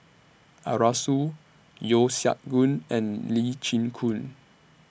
Arasu Yeo Siak Goon and Lee Chin Koon